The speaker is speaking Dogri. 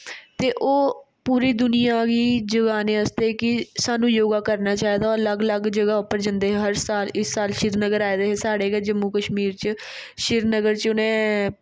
ते ओह् पुरी दुनियां गी जगाने आस्तै कि सानूं योगा करना चाहिदा ओह् अलग अलग जगह पर जंदे हर साल इस साल श्रीनगर आए दे है साढ़े गै जम्मू कशमीर च श्रीनगर च उ'नें